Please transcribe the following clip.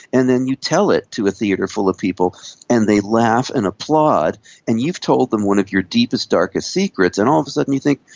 and then you tell it to a theatre full of people and they laugh and applaud and you've told them one of your deepest, darkest secrets, and all of a sudden you think,